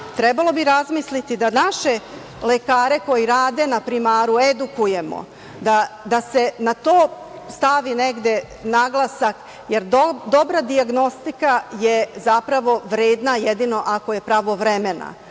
Trebalo bi razmisliti da naše lekare koji rade na primaru, edukujemo, da se na to stavi naglasak, jer dobra dijagnostika je, zapravo, vredna jedino ako je pravovremena.